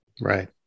right